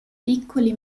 piccoli